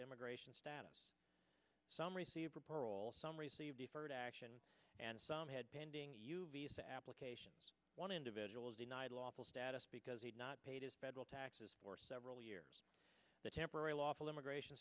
immigration status some receive a parole some receive deferred action and some had pending visa applications one individual is denied lawful status because he had not paid his federal taxes for several years the temporary lawful immigration